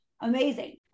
amazing